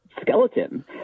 skeleton